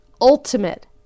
ultimate